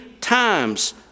times